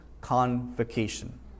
convocation